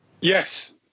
yes